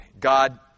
God